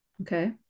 Okay